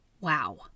Wow